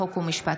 חוק ומשפט.